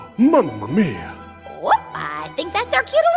mamma mia oop. i think that's our cue